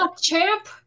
champ